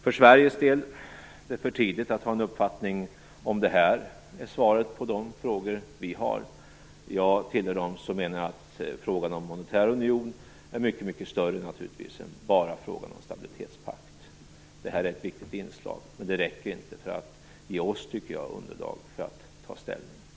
För Sveriges del är det för tidigt att ha en uppfattning om detta är svaret på de frågor vi har. Jag hör till dem som menar att särskilt frågan om monetär union är mycket större än enbart frågan om stabiltetspakten. Det är ett viktigt inslag, men det räcker inte för att ge oss underlag för att ta ställning.